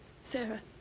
Sarah